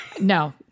No